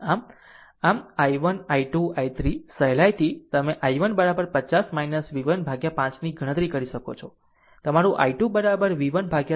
આમ આમ આમ i1 i2 i3 સહેલાઇથી તમે i1 50 v1 by 5 ની ગણતરી કરી શકો છો તમારું i2 v1 by 10